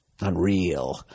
Unreal